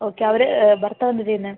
okay അവര് ഭർത്താവ് എന്താ ചെയ്യുന്നത്